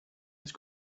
ice